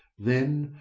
then,